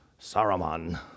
Saruman